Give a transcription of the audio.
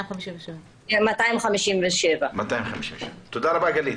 257. כן, 257. 257. תודה רבה, גלית.